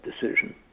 decision